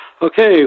Okay